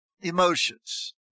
emotions